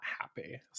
happy